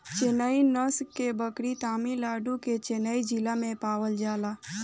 चेन्नई नस्ल के बकरी तमिलनाडु के चेन्नई जिला में पावल जाला